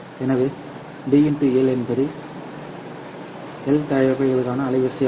எனவே B L என்பது L தயாரிப்புக்கான அலைவரிசை ஆகும்